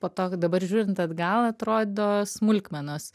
po to dabar žiūrint atgal atrodo smulkmenos